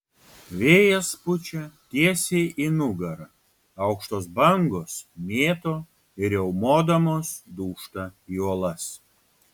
vėjas pučia tiesiai į nugarą aukštos bangos mėto ir riaumodamos dūžta į uolas